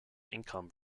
income